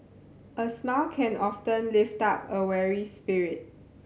a smile can often lift up a weary spirit